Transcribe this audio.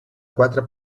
quatre